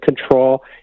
control